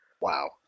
Wow